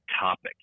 topic